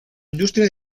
industria